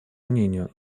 мнению